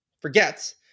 forgets